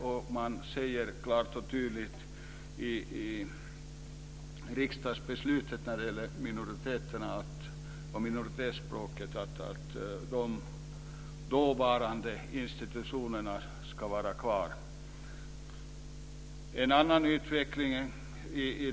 När det gäller minoritetsspråken säger man klart och tydligt i riksdagsbeslutet att de dåvarande institutionerna ska vara kvar.